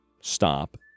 stop